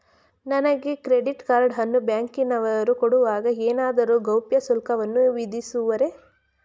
ನನಗೆ credit card ಅನ್ನು ಬ್ಯಾಂಕಿನವರು ಕೊಡುವಾಗ ಏನಾದರೂ ಗೌಪ್ಯ ಶುಲ್ಕವನ್ನು ವಿಧಿಸುವರೇ?